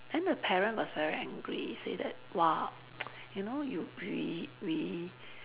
then her parent was very angry say that !wah! you know you we we